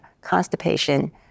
constipation